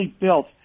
built